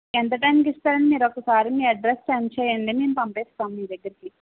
ఎంత టైమ్కి ఇస్తారండి మీరు ఒకసారి మీ అడ్రస్ సెండ్ చేయండి మేము పంపిస్తాం మీ దగ్గరికి